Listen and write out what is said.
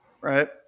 right